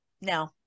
no